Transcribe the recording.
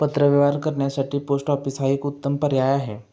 पत्रव्यवहार करण्यासाठी post office हा एक उत्तम पर्याय आहे